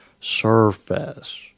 surface